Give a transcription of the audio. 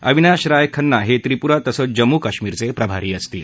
अविनाश राय खन्ना हे त्रिपुरा तसंच जम्मू कश्मीरचे प्रभारी असतील